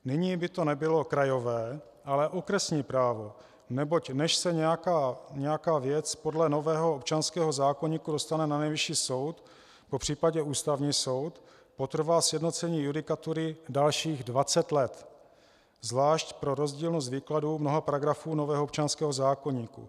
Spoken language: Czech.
Nyní by to nebylo krajové, ale okresní právo, neboť než se nějaká věc podle nového občanského zákoníku dostane na Nejvyšší soud, popř. Ústavní soud, potrvá sjednocení judikatury dalších 20 let, zvlášť pro rozdílnost výkladu mnoha paragrafů nového občanského zákoníku.